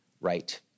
right